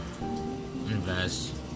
invest